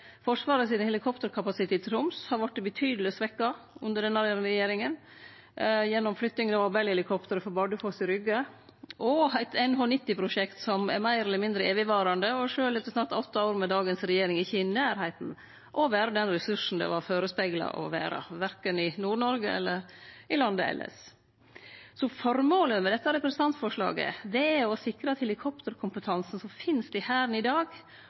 helikopterkapasitet i Troms har vorte betydeleg svekt under denne regjeringa, gjennom flyttinga av Bell-helikopter frå Bardufoss til Rygge og eit NH90-prosjekt som er meir eller mindre evigvarande. Sjølv etter snart åtte år med dagens regjering er det ikkje i nærleiken av å vere den ressursen det var førespegla å vere – verken i Nord-Noreg eller i landet elles. Føremålet med dette representantforslaget er å sikre at helikopterkompetansen som finst i Hæren i dag